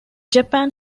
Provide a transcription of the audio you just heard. japan